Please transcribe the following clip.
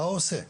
מה הוא עושה?